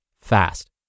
fast